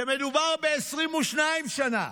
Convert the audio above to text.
שמדובר ב-22 שנה,